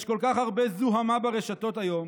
יש כל כך הרבה זוהמה ברשתות היום